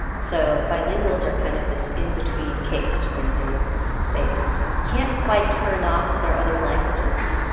so bilinguals are kind of this in-between case where they they can't quite turn off their other languages,